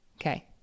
Okay